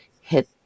hit